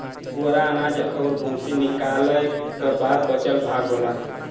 पुवरा अनाज और भूसी निकालय क बाद बचल भाग होला